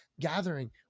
gathering